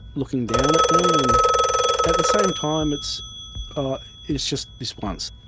looking down at them, and at the same time it's oh it's just this once,